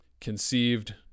conceived